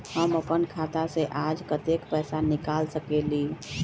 हम अपन खाता से आज कतेक पैसा निकाल सकेली?